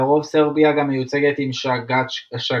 לרוב סרביה גם מיוצגת עם שאג'קצ'ה,